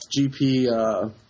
gp